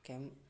ꯀꯔꯤꯝ